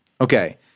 Okay